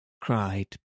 cried